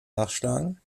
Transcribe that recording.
nachschlagen